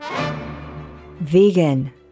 Vegan